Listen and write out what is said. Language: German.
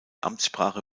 amtssprache